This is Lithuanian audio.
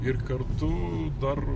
ir kartu dar